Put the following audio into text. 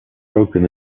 broken